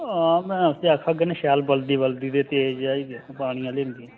हां मैं उसी आखग कि शैल बलदी बलदी ते तेज़ इ'यै पानी आह्ली